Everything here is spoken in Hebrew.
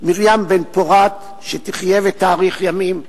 מרים בן-פורת, שתחיה ותאריך ימים.